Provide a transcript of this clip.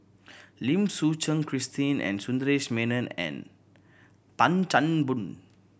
Lim Suchen Christine and Sundaresh Menon and Tan Chan Boon